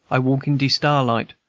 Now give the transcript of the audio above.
i walk in de starlight,